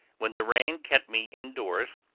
when the rain kept me in doors,